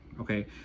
okay